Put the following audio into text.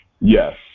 Yes